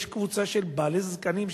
יש קבוצה של בעלי זקנים,